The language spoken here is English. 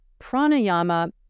pranayama